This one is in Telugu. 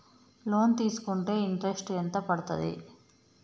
లోన్ తీస్కుంటే ఇంట్రెస్ట్ ఎంత పడ్తది?